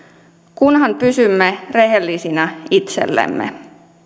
kunhan pysymme rehellisinä itsellemme